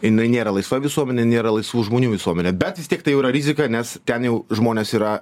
jinai nėra laisva visuomenė nėra laisvų žmonių visuomenė bet vis tiek tai jau yra rizika nes ten jau žmonės yra